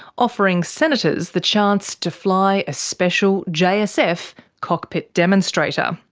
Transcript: offering senators the chance to fly a special jsf cockpit demonstrator.